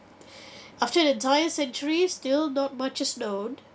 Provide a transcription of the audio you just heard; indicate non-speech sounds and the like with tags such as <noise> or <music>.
<breath> after an entire century still not much is known